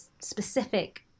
specific